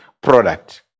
product